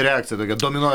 reakcija tokia domino